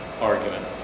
argument